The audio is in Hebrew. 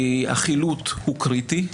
החילוט הוא קריטי,